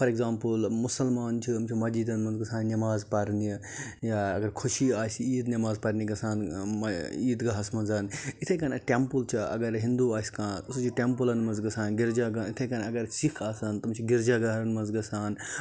for example مُسلمان چھِ یِم چھِ مَسجِدَن مَنٛز گَژھان نٮ۪ماز پَرنہِ یا اَگَر خوشی آسہِ عیٖد نٮ۪ماز پَرنہِ گَژھان عیٖد گاہَس مَنٛزَن اِتھے کیٚنیٚتھ ٹیٚمپل چھُ اَگَر ہِندوٗ آسہِ کانٛہہ سُہ چھُ ٹیمپلَن مَنٛز گَژھان گِرجا یِتھے کنۍ اگر سِکھ آسان تِم چھِ گِرجا گرَن مَنٛز گَژھان